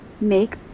make